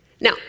Now